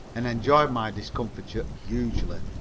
and enjoyed my discomfiture hugely.